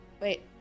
wait